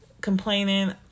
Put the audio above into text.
complaining